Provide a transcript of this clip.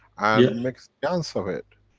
ah and make a gans of it.